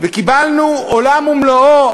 וקיבלנו עולם ומלואו,